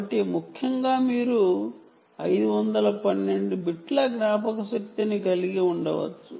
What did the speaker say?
కాబట్టి ముఖ్యంగా మీరు 512 బిట్ల జ్ఞాపకశక్తిని కలిగి ఉండవచ్చ